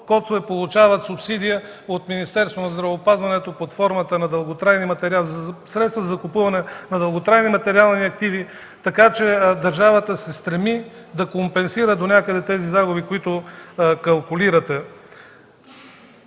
КОЦ-ове получават субсидия от Министерството на здравеопазването под формата на дълготрайни материални средства за закупуване на дълготрайни материални активи, така че държавата се стреми да компенсира донякъде тези загуби, които калкулирате.